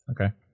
Okay